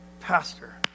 Pastor